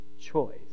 choice